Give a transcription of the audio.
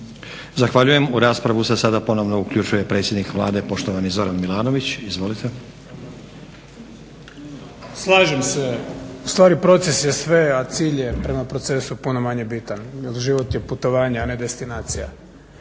Zahvaljujem. U raspravu se sada ponovno uključuje predsjednik Vlade, poštovani Zoran Milanović. Izvolite. **Milanović, Zoran (SDP)** Slažem se. …/Govornik se ne razumije./… je sve, a cilj je prema procesu puno manje bitan jer život je putovanje a ne destinacija.